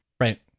Right